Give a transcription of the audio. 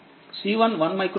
C11మైక్రో ఫారెడ్ ఉంది